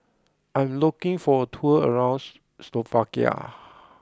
I am looking for a tour around Slovakia